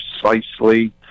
precisely